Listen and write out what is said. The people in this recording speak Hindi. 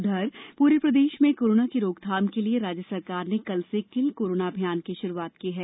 उधर पूरे प्रदेश में कोरोना की रोकथाम के लिए राज्य सरकार ने कल से किल कोरोना अभियान की शुरूआत की है